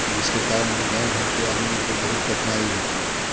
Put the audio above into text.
जिसके कारण गाँव घर के आदमी को बहुत कठिनाई होती है